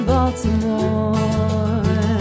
Baltimore